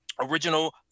original